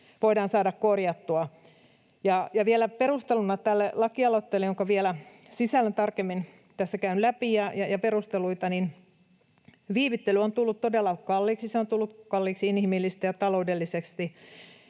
voidaan saada korjattua. Ja vielä perusteluna tälle lakialoitteelle, jonka sisällön ja perusteluita vielä tarkemmin tässä käyn läpi: Viivyttely on tullut todella kalliiksi. Se on tullut kalliiksi inhimillisesti ja taloudellisesti.